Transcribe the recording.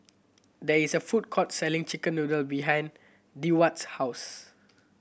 there is a food court selling chicken noodle behind Deward's house